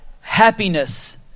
happiness